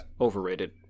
overrated